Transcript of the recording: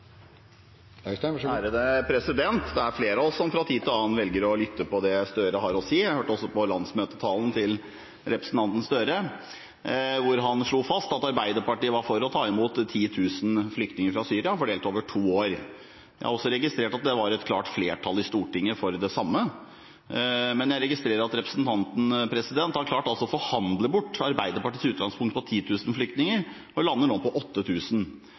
flere av oss som fra tid til annen velger å lytte til det Gahr Støre har å si. Jeg hørte også landsmøtetalen til representanten Gahr Støre, der han slo fast at Arbeiderpartiet var for å ta imot 10 000 flyktninger fra Syria, fordelt over to år. Jeg har også registrert at det var et klart flertall i Stortinget for det samme, men jeg registrerer at representanten har klart å forhandle bort Arbeiderpartiets utgangspunkt, som var 10 000 flyktninger, og nå lander på